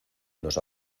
nos